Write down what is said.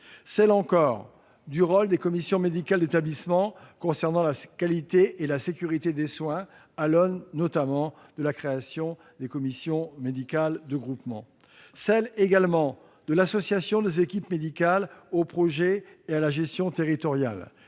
garantie ; du rôle des commissions médicales d'établissement en matière de qualité et de sécurité des soins, à l'aune notamment de la création des commissions médicales de groupement ; de l'association des équipes médicales aux projets et à la gestion territoriale-